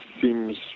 seems